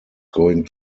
going